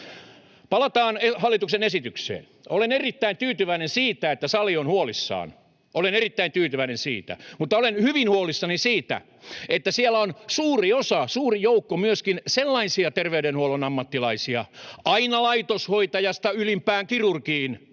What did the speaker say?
Palataan hallituksen esitykseen. Olen erittäin tyytyväinen siitä, että sali on huolissaan. Olen erittäin tyytyväinen siitä. Mutta olen hyvin huolissani siitä, että on suuri osa, suuri joukko myöskin sellaisia terveydenhuollon ammattilaisia — aina laitoshoitajasta ylimpään kirurgiin